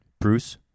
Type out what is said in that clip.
Bruce